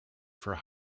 for